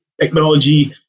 technology